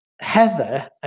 Heather